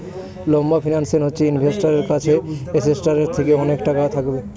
লম্বা ফিন্যান্স হচ্ছে ইনভেস্টারের কাছে অ্যাসেটটার থেকে অনেক টাকা থাকবে